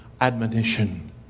admonition